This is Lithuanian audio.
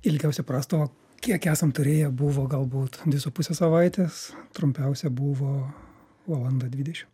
ilgiuosią prastovą kiek esam turėję buvo galbūt dvi su puse savaitės trumpiausia buvo valanda dvidešim